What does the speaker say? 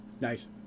nice